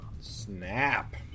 Snap